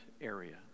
area